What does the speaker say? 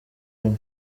umwe